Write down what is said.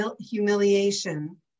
humiliation